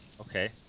Okay